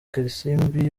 kalisimbi